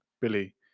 billy